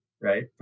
right